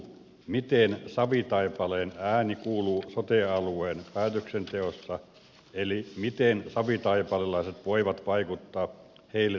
miten savitaipaleen ääni kuuluu sote alueen päätöksenteossa eli miten savitaipalelaiset voivat vaikuttaa heille tarjottaviin palveluihin